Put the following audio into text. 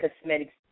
cosmetics